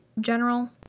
general